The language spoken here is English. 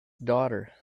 daughter